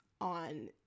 on